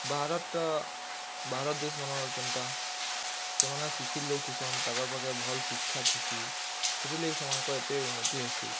ବାହର୍ର ଟା ବାହାରର୍ ଦେଶ୍ମାନେ କେନ୍ତା ସେମାନେ ଶିକ୍ଷିତ୍ ଲୋକ୍ ଥିସନ୍ ତାକର୍ ପାଖେ ଭଲ୍ ଶିକ୍ଷା ଥିସି ସେଥୀର୍ ଲାଗି ସେମାଙ୍କର୍ ଏତେ ଉନ୍ନତି ହେସି